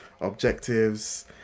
objectives